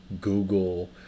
Google